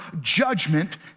judgment